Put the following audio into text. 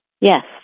Yes